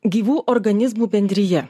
gyvų organizmų bendrija